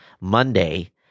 Monday